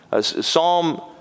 Psalm